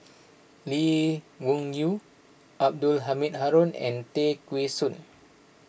Lee Wung Yew Abdul Halim Haron and Tay Kheng Soon